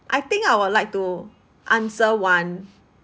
I think I would like to answer one